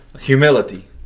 humility